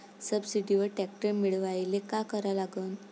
सबसिडीवर ट्रॅक्टर मिळवायले का करा लागन?